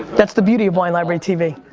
that's the beauty of wine library tv.